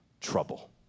trouble